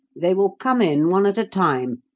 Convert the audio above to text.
they will come in one at a time.